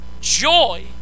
joy